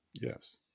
Yes